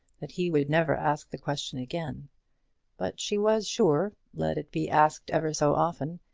that he would never ask the question again but she was sure, let it be asked ever so often,